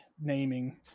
naming